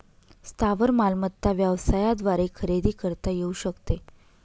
स्थावर मालमत्ता व्यवसायाद्वारे खरेदी करता येऊ शकते